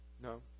No